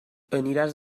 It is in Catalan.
aniràs